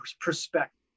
perspective